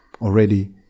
already